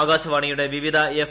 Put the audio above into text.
ആകാശവാണിയുടെ വിവിധ എഫ്